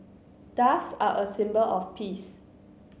doves are a symbol of peace